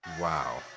wow